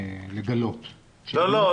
לא.